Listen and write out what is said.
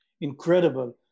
incredible